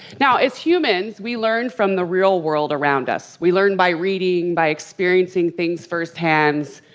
now, as humans, we learn from the real world around us. we learn by reading, by experiencing things first hands,